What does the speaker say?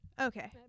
Okay